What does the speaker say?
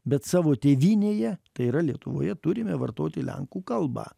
bet savo tėvynėje tai yra lietuvoje turime vartoti lenkų kalbą